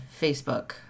Facebook